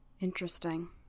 Interesting